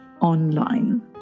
online